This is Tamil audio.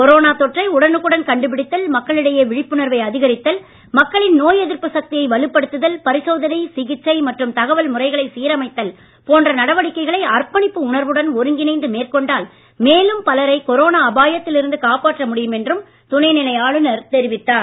கொரோனா தொற்றை உடனுக்குடன் கண்டுபிடித்தல் மக்களிடையே விழிப்புணர்வை அதிகரித்தல் மக்களின் நோய் எதிர்ப்பு சக்தியை வலுப்படுத்துதல் பரிசோதனை சிகிச்சை மற்றும் தகவல் முறைகளை சீரமைத்தல் போன்ற நடவடிக்கைகளை அர்ப்பணிப்பு உணர்வுடன் ஒருங்கிணைந்து மேற்கொண்டால் மேலும் பலரை கொரோனா அபாயத்தில் இருந்து காப்பாற்ற முடியும் என்றும் துணைநிலை ஆளுனர் தெரிவித்துள்ளார்